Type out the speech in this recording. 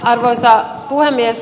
arvoisa puhemies